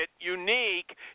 unique